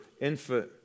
infant